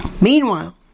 Meanwhile